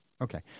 Okay